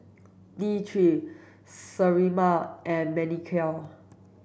T three Sterimar and Manicare